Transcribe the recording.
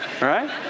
right